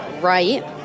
right